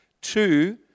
Two